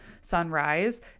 sunrise